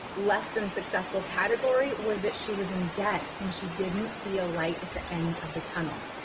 less than successful category was that she was in debt and she didn't see a light at the end of the tunnel.